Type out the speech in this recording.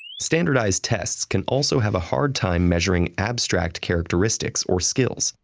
standardized tests can also have a hard time measuring abstract characteristics or skills,